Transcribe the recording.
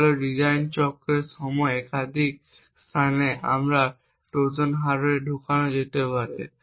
তা হল যে ডিজাইন চক্রের সময় একাধিক স্থানে একটি ট্রোজান হার্ডওয়্যারে ঢোকানো যেতে পারে